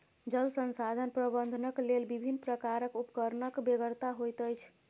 जल संसाधन प्रबंधनक लेल विभिन्न प्रकारक उपकरणक बेगरता होइत अछि